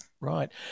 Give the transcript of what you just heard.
Right